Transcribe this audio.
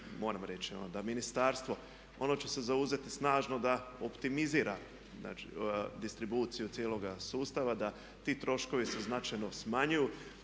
moram reći da ministarstvo, ono će se zauzeti snažno da optimizira distribuciju cijeloga sustava da ti troškovi se značajno smanjuju,